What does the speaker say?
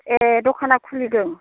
ए दखानआ खुलिदों